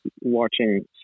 watching